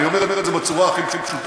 אני אומר את זה בצורה הכי פשוטה.